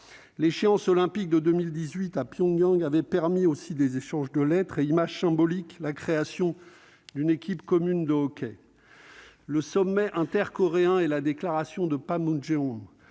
L'échéance olympique de 2018 à Pyongyang avait permis des échanges de lettres et- image symbolique ! -la création d'une équipe commune de hockey sur glace. Le sommet intercoréen et la déclaration de Panmunjom,